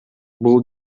бул